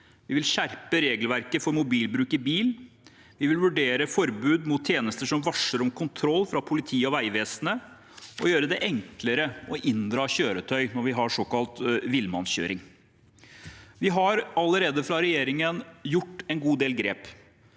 Vi vil skjerpe regelverket for mobilbruk i bil, vi vil vurdere forbud mot tjenester som varsler om kontroll fra politiet og Vegvesenet, og gjøre det enklere å inndra kjøretøy når vi har såkalt villmannskjøring. Vi har allerede fra regjeringens side gjort en god del grep.